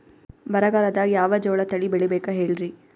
ಬರಗಾಲದಾಗ್ ಯಾವ ಜೋಳ ತಳಿ ಬೆಳಿಬೇಕ ಹೇಳ್ರಿ?